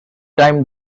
time